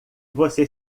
você